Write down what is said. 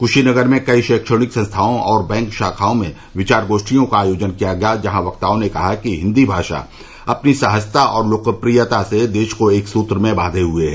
कूशीनगर में कई शैक्षणिक संस्थाओं और बैंक शाखाओं में विचार गोष्ठियों का आयोजन किया गया जहां वक्ताओं ने कहा कि हिन्दी भाषा अपनी सहजता और लोकप्रियता से देश को एक सूत्र में बांधे हुए है